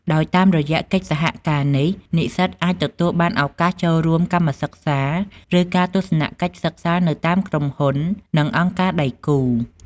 ដោយ តាមរយៈកិច្ចសហការនេះ និស្សិតអាចទទួលបានឱកាសចូលរួមកម្មសិក្សា ឬការទស្សនកិច្ចសិក្សានៅតាមក្រុមហ៊ុន និងអង្គការដៃគូ។